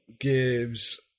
gives